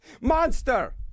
Monster